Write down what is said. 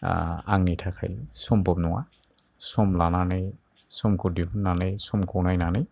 आंनि थाखाय सम्भब नङा सम लानानै समखौ दिहुननानै समखौ नायनानै